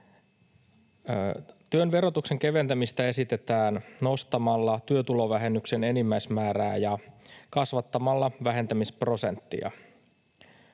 Työn verotuksen keventämistä esitetään nostamalla työtulovähennyksen enimmäismäärää ja kasvattamalla vähentämisprosenttia.